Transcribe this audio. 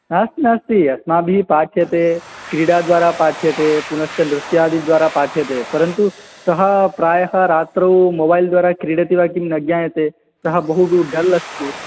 नास्ति नास्ति अस्माभिः पाठ्यते क्रीडाद्वारा पाठ्यते पुनश्च नृत्यादिद्वारा पाठ्यते परन्तु सः प्रायः रात्रौ मोबैल् द्वारा क्रीडति वा किं न ज्ञायते सः बहु डल् अस्ति